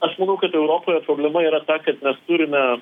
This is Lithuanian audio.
aš manau kad europoje problema yra ta kad mes turime